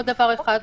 עוד דבר אחד,